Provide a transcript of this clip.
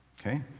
Okay